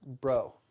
bro